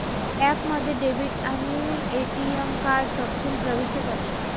ॲपमध्ये डेबिट आणि ATM card तपशील प्रविष्ट करा